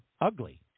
ugly